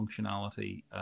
functionality